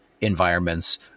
environments